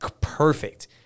Perfect